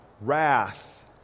wrath